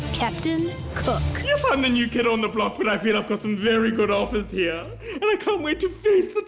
captain cook. yes, i'm the new kid on the block but i feel i've got some very good offers here, and i can't wait to face the